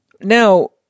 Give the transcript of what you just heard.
Now